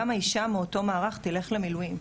גם האישה מאותו מערך תלך למילואים,